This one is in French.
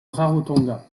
rarotonga